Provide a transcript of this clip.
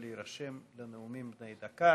חסון, יעל גרמן, נחמן שי ואיימן עודה,